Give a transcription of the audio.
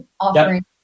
offering